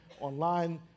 online